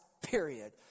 period